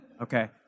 Okay